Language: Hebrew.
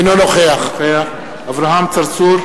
אינו נוכח אברהים צרצור,